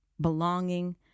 belonging